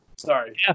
sorry